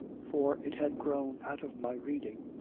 for it had grown out of my reading.